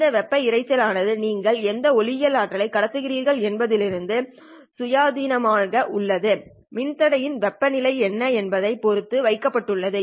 இந்த வெப்ப இரைச்சல் ஆனது நீங்கள் எந்த ஒளியியல் ஆற்றலை கடத்துகிறது என்பதிலிருந்து சுயாதீனமாக உள்ளது மின்தடையின் வெப்ப நிலை என்ன என்பதைப் பொறுத்தது வைக்கப்பட்டுள்ளது